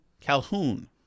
calhoun